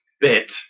Bit